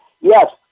Yes